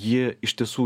ji iš tiesų